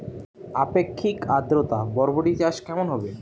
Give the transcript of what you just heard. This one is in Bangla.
আপেক্ষিক আদ্রতা বরবটি চাষ কেমন হবে?